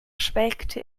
schwelgte